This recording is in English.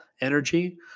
energy